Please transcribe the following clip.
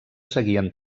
seguien